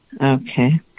Okay